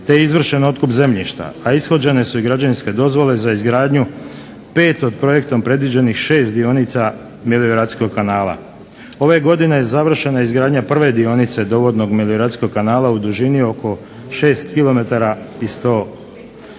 je izvršen otkup zemljišta, a ishođene su i građevinske dozvole za izgradnju 5 od projektom predviđenih 6 dionica melioracijskog kanala. Ove godine završena je izgradnja prve dionice dovodnog melioracijskog kanala u dužini oko 6